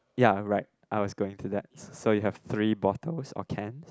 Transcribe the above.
ya right I was going to that so you have three bottles or cans